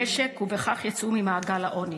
וכך יצאו ממעגל העוני.